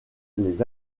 les